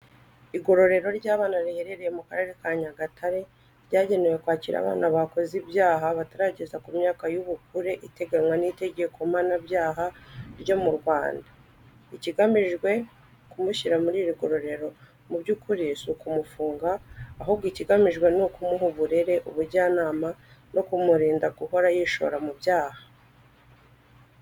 Igororero ry'abana riherereye mu Karere ka Nyagatare ryagenewe kwakira abana bakoze ibyaha batarageza ku myaka y'ubukure iteganywa n'itegeko mpanabyaha ryo mu Rwanda. Ikigamijwe kumushyira muri iri gororero mu by’ukuri si ukumufunga ahubwo ikigamijwe ni ukumuha uburere, ubujyanama no kumurinda guhora yishora mu byaha.